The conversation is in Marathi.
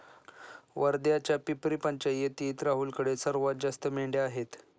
वर्ध्याच्या पिपरी पंचायतीत राहुलकडे सर्वात जास्त मेंढ्या आहेत